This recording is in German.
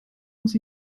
muss